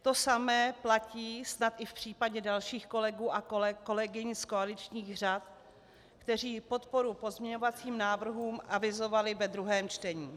To samé platí snad i v případě dalších kolegů a kolegyň z koaličních řad, kteří podporu pozměňovacím návrhům avizovali ve druhém čtení.